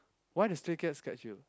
why the stray cat scratched you